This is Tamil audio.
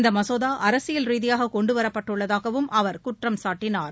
இந்த மசோதா அரசியல் ரீதியாக கொண்டுவரப்பட்டுள்ளதாகவும் அவர் குற்றம்சாட்டினார்